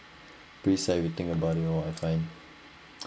pretty sad if you think about it lor I find